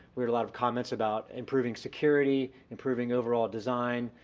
we had a lot of comments about improving security, improving overall design,